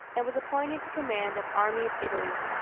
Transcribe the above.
and was appointed to command of army of italy.